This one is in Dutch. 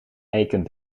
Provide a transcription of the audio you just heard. eiken